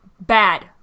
bad